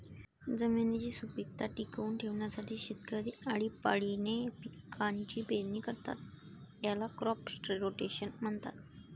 जमिनीची सुपीकता टिकवून ठेवण्यासाठी शेतकरी आळीपाळीने पिकांची पेरणी करतात, याला क्रॉप रोटेशन म्हणतात